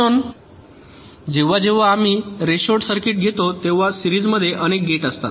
म्हणून जेव्हा जेव्हा आम्ही रेशोईड सर्किट घेतो तेव्हा सिरीज मध्ये अनेक गेट असतात